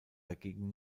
dagegen